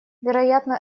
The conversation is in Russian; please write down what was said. вероятно